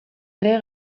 ere